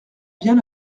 bien